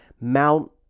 Mount